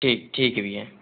ठीक ठीक है भैया